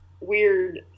weird